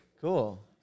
Cool